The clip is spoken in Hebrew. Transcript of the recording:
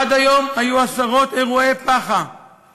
עד היום היו עשרות אירועי פח"ע